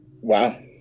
Wow